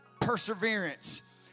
perseverance